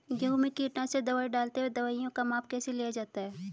गेहूँ में कीटनाशक दवाई डालते हुऐ दवाईयों का माप कैसे लिया जाता है?